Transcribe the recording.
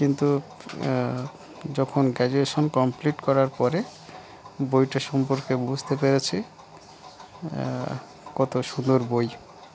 কিন্তু যখন graduation complete করার পরে বইটা সম্পর্কে বুঝতে পেরেছি কত সুন্দর বই